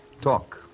Talk